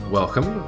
welcome